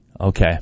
Okay